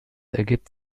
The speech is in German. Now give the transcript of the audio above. ergibt